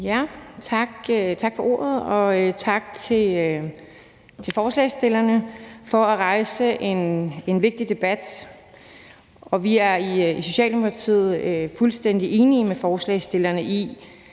Tak for ordet, og tak til forslagsstillerne for at rejse en vigtig debat. Vi er i Socialdemokratiet fuldstændig enige med forslagsstillerne i